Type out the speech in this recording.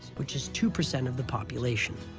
which is two percent of the population.